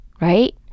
right